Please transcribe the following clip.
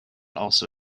also